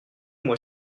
moi